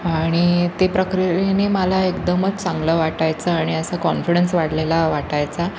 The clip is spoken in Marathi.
आणि ते प्रक्रियेने मला एकदमच चांगलं वाटायचं आणि असं कॉन्फिडन्स वाढलेला वाटायचा